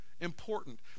important